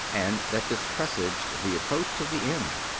and that this presaged the approach of the end.